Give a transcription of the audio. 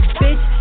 bitch